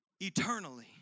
eternally